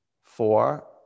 four